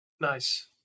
nice